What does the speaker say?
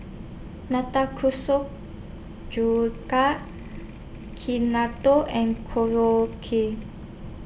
Nanakusa Tekkadon and Korokke